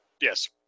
Yes